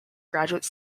graduate